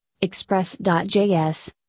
Express.js